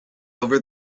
over